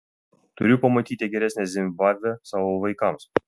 turiu pamatyti geresnę zimbabvę savo vaikams